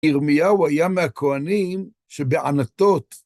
ירמיהו היה מהכהנים שבענתות